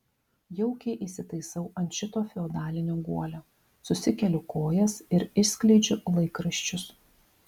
jaukiai įsitaisau ant šito feodalinio guolio susikeliu kojas ir išskleidžiu laikraščius